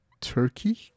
Turkey